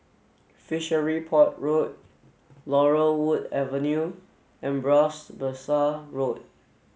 Fishery Port Road Laurel Wood Avenue and Bras Basah Road